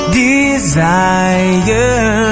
desire